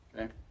Okay